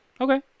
Okay